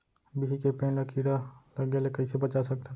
बिही के पेड़ ला कीड़ा लगे ले कइसे बचा सकथन?